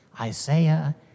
Isaiah